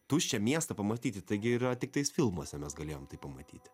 tuščią miestą pamatyti taigi yra tiktai filmuose mes galėjom tai pamatyti